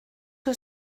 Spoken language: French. que